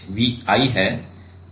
तो यह voltage V i है